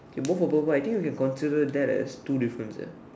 okay both of purple I think you can consider that as two difference leh